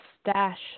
Stash